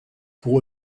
pour